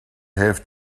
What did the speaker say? have